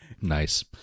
nice